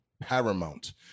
paramount